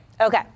Okay